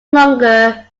longer